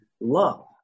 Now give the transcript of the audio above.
love